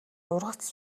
ургац